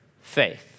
faith